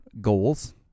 goals